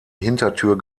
hintertür